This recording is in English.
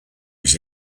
his